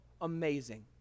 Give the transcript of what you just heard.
amazing